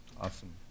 Awesome